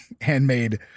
handmade